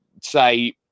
say